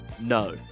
no